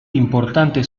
importante